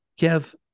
kev